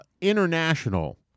international